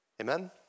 Amen